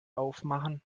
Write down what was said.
aufmachen